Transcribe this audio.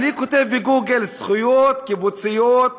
אני כותב בגוגל "זכויות קיבוציות לרוב"